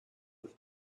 have